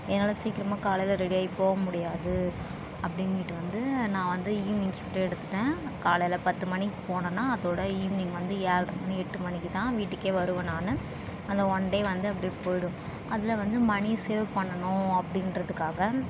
என்னால் சீக்கிரமாக காலையில் ரெடியாகி போக முடியாது அப்படின்னிட்டு வந்து நான் வந்து ஈவினிங் ஷிஃப்ட்டு எடுத்துட்டேன் காலையில் பத்து மணிக்கு போனேன்னால் அத்தோட ஈவினிங் வந்து ஏழட்ர மணி எட்டு மணிக்கு தான் வீட்டுக்கே வருவேன் நான் அந்த ஒன் டே வந்து அப்படியே போயிடும் அதில் வந்து மணி சேவ் பண்ணணும் அப்படின்றதுக்காக